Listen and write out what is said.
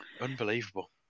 Unbelievable